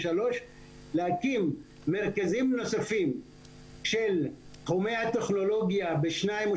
להקים מרכזים נוספים של תחומי הטכנולוגיה ושניים,